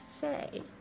say